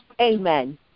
Amen